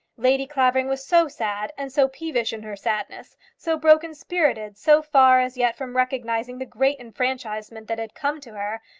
lady clavering was so sad, and so peevish in her sadness so broken-spirited, so far as yet from recognizing the great enfranchisement that had come to her,